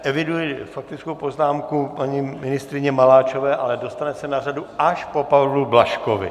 Eviduji faktickou poznámku paní ministryně Maláčové, ale dostane se na řadu až po Pavlu Blažkovi.